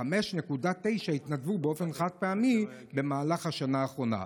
ו-5.9% התנדבו באופן חד-פעמי במהלך השנה האחרונה,